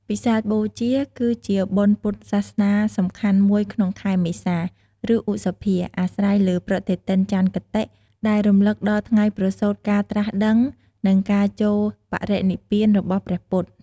វិសាខបូជាគឺជាបុណ្យពុទ្ធសាសនាសំខាន់មួយក្នុង ខែមេសា ឬឧសភាអាស្រ័យលើប្រតិទិនចន្ទគតិ ដែលរំលឹកដល់ថ្ងៃប្រសូតការត្រាស់ដឹង និងការចូលបរិនិព្វានរបស់ព្រះពុទ្ធ។